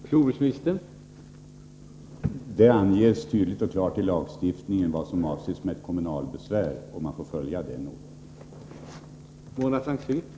Herr talman! I lagstiftningen anges tydligt och klart vad som avses med kommunalbesvär. Man får följa den ordningen.